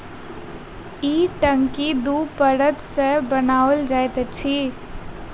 ई टंकी दू परत सॅ बनाओल जाइत छै